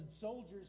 soldiers